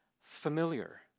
familiar